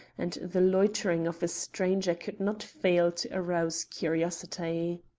and the loitering of a stranger could not fail to arouse curiosity.